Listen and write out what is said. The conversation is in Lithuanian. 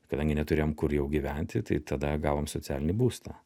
kadangi neturėjom kur jau gyventi tai tada gavom socialinį būstą